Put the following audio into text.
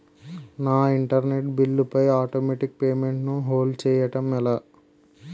నా internet bill పై automatic payment ను హోల్డ్ చేయటం ఎలా?